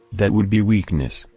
that would be weakness,